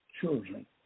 children